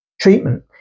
Treatment